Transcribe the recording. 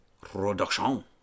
production